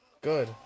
Good